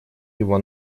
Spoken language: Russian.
его